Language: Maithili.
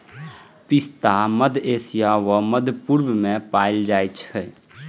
पिस्ता मध्य एशिया आ मध्य पूर्व मे पाएल जाइ छै